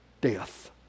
Death